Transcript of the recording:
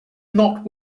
not